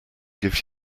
gives